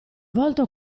volto